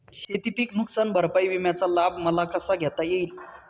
शेतीपीक नुकसान भरपाई विम्याचा लाभ मला कसा घेता येईल?